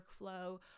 workflow